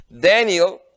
Daniel